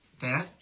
Dad